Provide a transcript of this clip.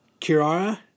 Kirara